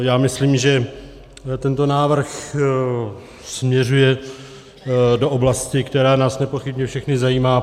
Já myslím, že tento návrh směřuje do oblasti, která nás nepochybně všechny zajímá.